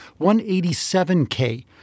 187K